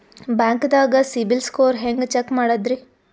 ಬ್ಯಾಂಕ್ದಾಗ ಸಿಬಿಲ್ ಸ್ಕೋರ್ ಹೆಂಗ್ ಚೆಕ್ ಮಾಡದ್ರಿ?